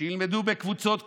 שילמדו בקבוצות קטנות,